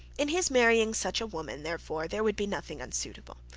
in his marrying such a woman therefore there would be nothing unsuitable.